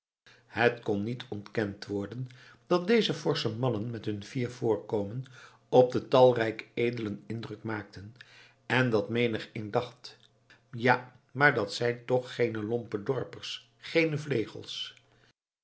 het kon niet ontkend worden dat deze forsche mannen met hun fier voorkomen op de talrijke edelen indruk maakten en dat menigeen dacht ja maar dat zijn nu toch geene lompe dorpers geene vlegels